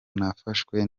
nafashwe